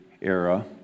Era